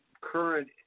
current